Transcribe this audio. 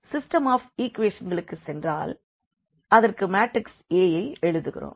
system of ஈக்குவேஷன்களுக்கு சென்றால் அதற்கு மேட்ரிக்ஸ் A வை எழுதுகிறோம்